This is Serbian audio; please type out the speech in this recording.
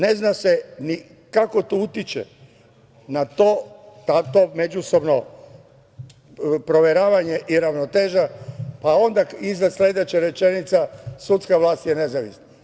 Ne zna se ni kako to utiče na to, to međusobno proveravanje i ravnoteža, pa onda iza sledeća rečenica – sudska vlast je nezavisna.